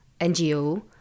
NGO